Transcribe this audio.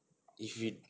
if it